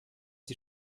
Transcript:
die